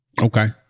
Okay